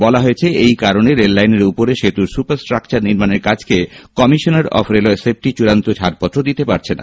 বলা হয়েছে এই কারণে রেল লাইনের উপরে সেতুর সুপার স্ট্রাকচার নির্মাণের কাজকে কমিশনার অফ রেলওয়ে সেফটি চূড়ান্ত ছাড়পত্র দিতে পারছে না